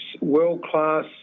world-class